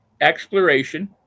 Exploration